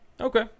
Okay